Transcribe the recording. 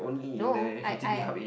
no I I